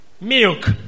milk